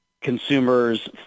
consumers